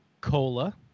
cola